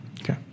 Okay